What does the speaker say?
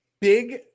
Big